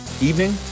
evening